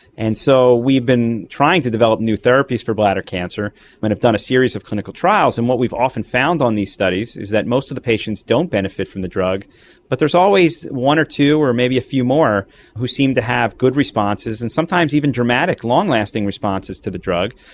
and so we've been trying to develop new therapies for bladder cancer and have done a series of clinical trials, and what we've often found on these studies is that most of the patients don't benefit from the drug but there is always one or two or maybe a few more who seem to have good responses and sometimes even dramatic long-lasting responses to the drug.